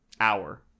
hour